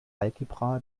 algebra